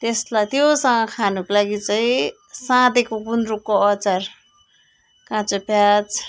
त्यसलाई त्योसँग खानुको लागि चाहिँ साँधेको गुन्द्रुकको अचार काँचो प्याज